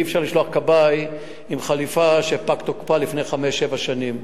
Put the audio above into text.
אי-אפשר לשלוח כבאי עם חליפה שפג תוקפה לפני חמש-שבע שנים.